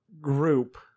group